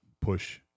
push